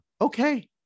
Okay